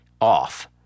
off